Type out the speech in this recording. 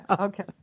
Okay